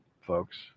folks